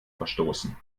verstoßen